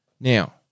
Now